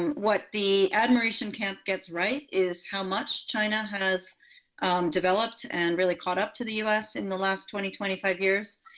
what the admiration camp gets right is how much china has developed and really caught up to the us in the last twenty, twenty five years.